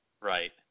right